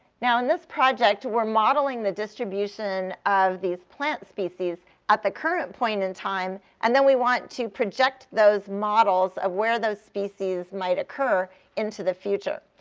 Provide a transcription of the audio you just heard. now, in this project, we're modeling the distribution of these plant species at the current point in time, and then we want to project those models of where those species might occur into the future.